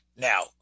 Now